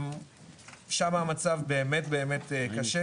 שמה המצב באמת באמת קשה,